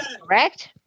correct